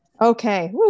Okay